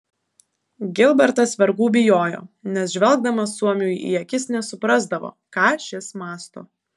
gilbertas vergų bijojo nes žvelgdamas suomiui į akis nesuprasdavo ką šis mąsto